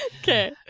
okay